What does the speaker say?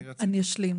אני אשלים,